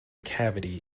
cavity